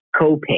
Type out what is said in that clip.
copay